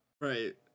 Right